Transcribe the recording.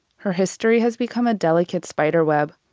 her history has become a delicate spider web,